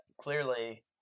clearly